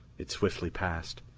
it swiftly passed,